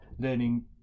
learning